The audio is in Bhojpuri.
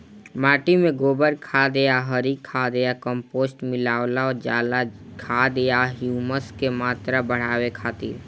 माटी में गोबर खाद या हरी खाद या कम्पोस्ट मिलावल जाला खाद या ह्यूमस क मात्रा बढ़ावे खातिर?